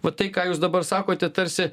va tai ką jūs dabar sakote tarsi